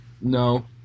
no